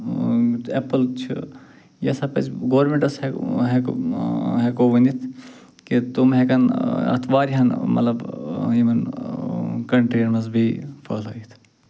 ٲں ایٚپٕل چھُ یہِ ہسا پٔزِ گورمِنٹس ٲں ہیٚکو ونِتھ کہِ تِم ہیٚکن ٲں اَتھ واریاہن مطلب ٲں یِمن ٲں کنٹریَن منٛز بیٚیہِ پھہلٲیِتھ